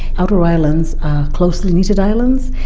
outer islands are closely knitted islands.